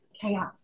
chaos